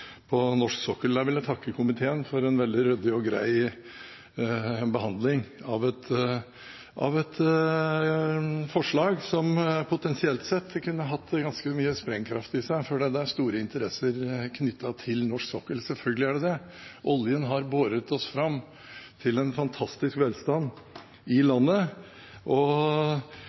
norsk sokkel. Jeg vil takke komiteen for en veldig ryddig og grei behandling av et forslag som potensielt kunne hatt ganske mye sprengkraft i seg, fordi det er store interesser knyttet til norsk sokkel – selvfølgelig er det det. Oljen har båret oss fram til en fantastisk velstand i landet. Vi hadde en periode da bytteforholdet med utlandet ble stadig bedre i og